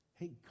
Hey